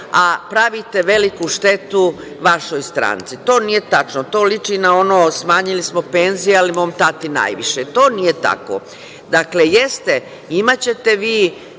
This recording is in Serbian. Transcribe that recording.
a pravite veliku štetu vašoj stranci. To nije tačno. To liči na ono – smanjili smo penzije, ali mom tati najviše. To nije tako. Dakle, jeste, imaće to